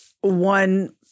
one